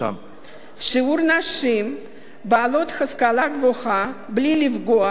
שהן בעלות השכלה גבוהה בלי לפגוע ברמת הילודה.